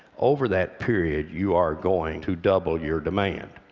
over that period you are going to double your demand.